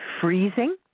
freezing